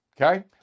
Okay